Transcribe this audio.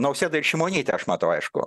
nausėdą ir šimonytę aš matau aišku